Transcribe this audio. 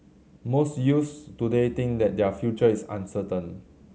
most youths today think that their future is uncertain